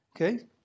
Okay